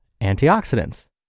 antioxidants